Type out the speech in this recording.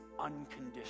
Unconditional